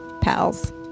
pals